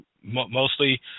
mostly –